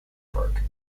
park